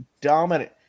dominant